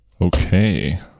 Okay